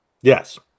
Yes